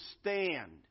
stand